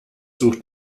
sucht